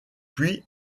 puis